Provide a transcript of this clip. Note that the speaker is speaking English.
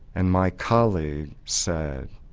and my colleague said,